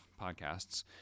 podcasts